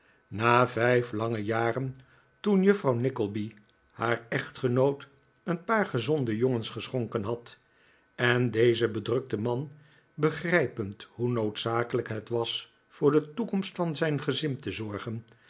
na vijf lange jaren toen juffrouw nickleby haar echtgenoot een paar gezonde jongens geschonken had en deze bedrukte man begrijpend hoe noodzakelijk het was voor de toekomst van zijn gezin te zorgen